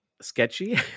sketchy